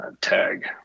tag